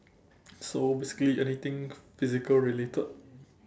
so basically anything physical related